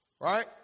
right